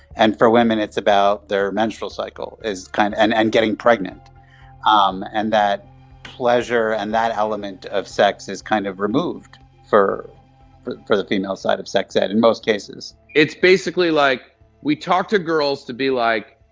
and for women, it's about their menstrual cycle is kind and and getting pregnant um and that pleasure and that element of sex is kind of removed for but for the female side of sex ed in most cases it's basically like we talk to girls to be like,